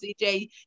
CJ